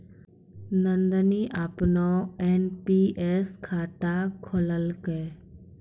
नंदनी अपनो एन.पी.एस खाता खोललकै